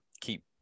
keep